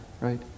right